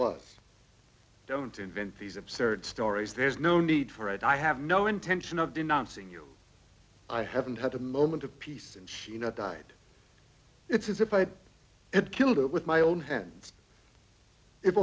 was don't invent these absurd stories there's no need for it i have no intention of denouncing you i haven't had a moment of peace and she you know died it's as if i had killed it with my own hands if